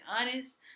honest